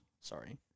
Sorry